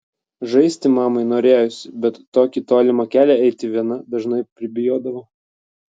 žaisti mamai norėjosi bet tokį tolimą kelią eiti viena dažnai pribijodavo